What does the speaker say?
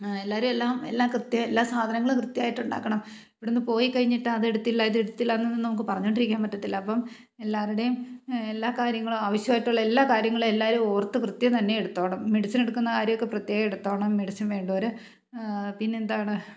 എല്ലാവരും എല്ലാം എല്ലാ കൃത്യ എല്ലാ സാധനങ്ങളും കൃത്യമായിട്ടുണ്ടാക്കണം ഇവിടെ നിന്ന് പോയിക്കഴിഞ്ഞിട്ട് അതെടുത്തില്ല ഇതെടുത്തില്ലായെന്നൊന്നും നമുക്ക് പറഞ്ഞുകൊണ്ടിരിക്കാൻ പറ്റത്തില്ല അപ്പം എല്ലാവരുടെയും എല്ലാ കാര്യങ്ങളും ആവശ്യമായിട്ടുള്ള എല്ലാ കാര്യങ്ങളും എല്ലാവരും ഓർത്ത് കൃത്യം തന്നെ എടുത്തുകൊള്ളണം മെഡിസിൻ എടുക്കുന്ന കാര്യമൊക്കെ പ്രത്യേകം എടുത്തുകൊള്ളണം മെഡിസിൻ വേണ്ടവർ പിന്നെന്താണ്